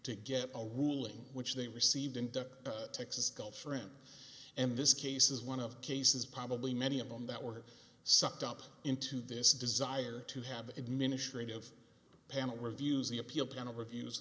to get a ruling which they received into texas gulf shrimp and this case is one of cases probably many of them that were sucked up into this desire to have administrative panel reviews the appeal